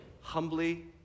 Humbly